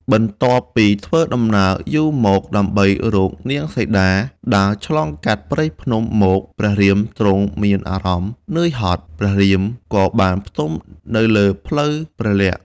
បន្ទាប់ពីធ្វើដំណើរយូរមកដើម្បីរកនាងសីតា ដើរឆ្លងកាត់ព្រៃភ្នំមក ព្រះរាមទ្រង់មានអារម្មណ៍នឿយហត់ ព្រះរាមក៏បានផ្ទំនៅលើភ្លៅព្រះលក្សណ៍។